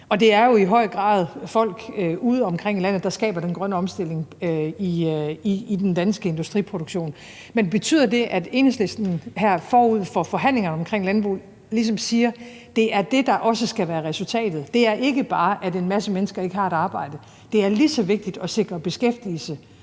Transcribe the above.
det er jo i høj grad folk udeomkring i landet, der skaber den grønne omstilling i den danske industriproduktion. Men betyder det, at Enhedslisten her forud for forhandlingerne om landbruget ligesom siger: Det er det, der også skal være resultatet; det skal ikke bare være, at en masse mennesker ikke har et arbejde; det er lige så vigtigt at sikre beskæftigelse